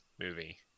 movie